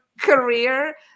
career